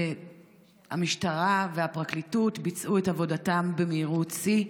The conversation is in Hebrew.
והמשטרה והפרקליטות ביצעו את עבודתן במהירות שיא,